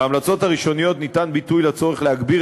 בהמלצות הראשוניות ניתן ביטוי לצורך להגביר